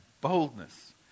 boldness